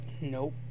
nope